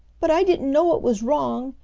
but i didn't know it was wrong,